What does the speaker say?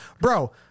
bro